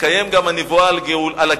תתקיים גם הנבואה על הגאולה.